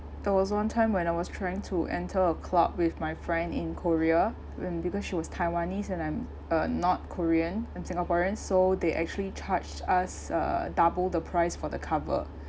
there was one time when I was trying to enter a club with my friend in korea when because she was taiwanese and I'm uh not korean I'm singaporean so they actually charged us uh double the price for the cover